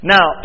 Now